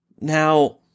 Now